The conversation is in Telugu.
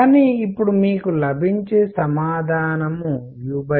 కానీ ఇప్పుడు మీకు లభించే సమాధానం u3